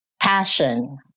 passion